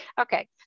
Okay